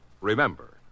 Remember